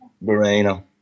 Moreno